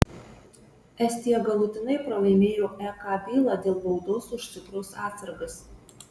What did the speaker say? estija galutinai pralaimėjo ek bylą dėl baudos už cukraus atsargas